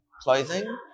clothing